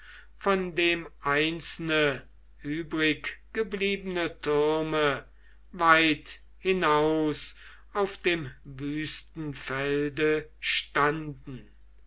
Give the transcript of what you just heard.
von dem einzelne übriggebliebene türme weit hinaus auf dem wüsten felde standen